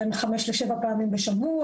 בין 5-7 פעמים בשבוע,